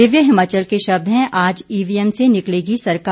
दिव्य हिमाचल के शब्द हैं आज ईवीएम से निकलेगी सरकार